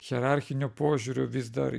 hierarchinio požiūrio vis dar